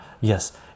yes